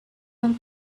and